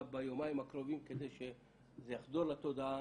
ביומיים הקרובים כדי שזה יחדור לתודעה.